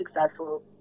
successful